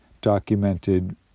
documented